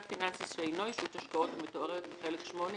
פיננסי שאינו ישות השקעות המתוארת בחלק VIII,